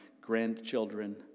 grandchildren